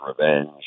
revenge